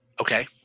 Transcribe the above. Okay